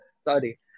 Sorry